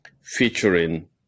featuring